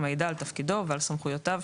המעידה על תפקידו ועל סמכויותיו,